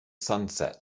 sunset